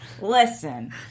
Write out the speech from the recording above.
Listen